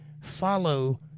Follow